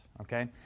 okay